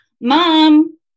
Mom